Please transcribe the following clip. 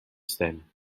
stem